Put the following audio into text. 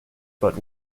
but